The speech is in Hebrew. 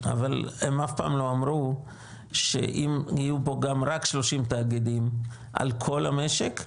הם אף פעם לא אמרו שאם יהיו פה גם רק 30 תאגידים על כל המשק,